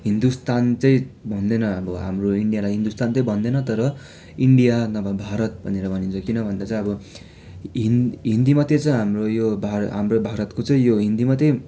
हिन्दुस्तान चाहिँ भन्दैन हाम्रो इन्डियालाई हिन्दुस्तान चाहिँ भन्दैन तर इन्डिया नभए भारत भनेर भनिन्छ किन भन्दा चाहिँ अब हिन हिन्दी मात्रै छ हाम्रो यो भा हाम्रो भारतको चाहिँ यो हिन्दी मात्रै